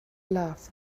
love